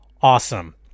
awesome